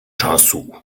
czasu